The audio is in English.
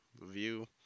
review